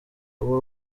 ubwo